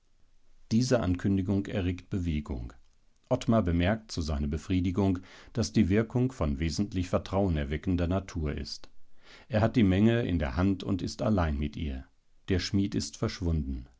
diese ankündigung erregt bewegung ottmar bemerkt zu seiner befriedigung daß die wirkung von wesentlich vertrauenerweckender natur ist er hat die menge in der hand und ist allein mit ihr der schmied ist verschwunden